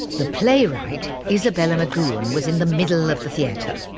the playwright isabella mcgoohan was in the middle of the theatre.